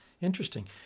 interesting